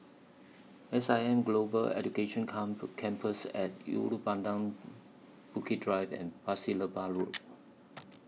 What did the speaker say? S I M Global Education Campus At Ulu Pandan Bukit Drive and Pasir Laba Road